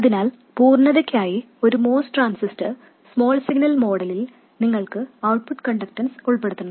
അതിനാൽ പൂർണ്ണതയ്ക്കായി ഒരു MOS ട്രാൻസിസ്റ്റർ സ്മോൾ സിഗ്നൽ മോഡലിൽ നിങ്ങൾക്ക് ഔട്ട്പുട്ട് കണ്ടക്റ്റൻസ് ഉൾപ്പെടുത്തണം